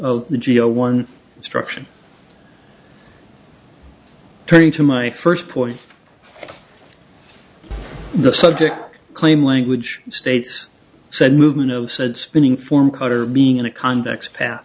of the g o one instruction trying to my first point in the subject claim language states said movement of said spinning form cutter being a convex pat